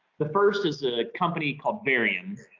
the first is a company called varian.